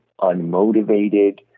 unmotivated